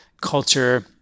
culture